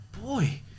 Boy